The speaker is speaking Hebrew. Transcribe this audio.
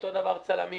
ואותו דבר צלמים,